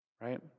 Right